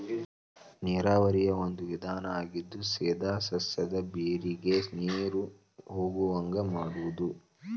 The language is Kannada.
ನೇರಾವರಿಯ ಒಂದು ವಿಧಾನಾ ಆಗಿದ್ದು ಸೇದಾ ಸಸ್ಯದ ಬೇರಿಗೆ ನೇರು ಹೊಗುವಂಗ ಮಾಡುದು